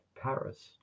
Paris